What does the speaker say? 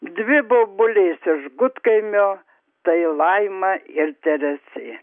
dvi bobulės iš gudkaimio tai laima ir teresė